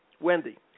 Wendy